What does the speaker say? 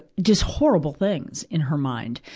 just horrible things in her mind.